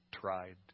tried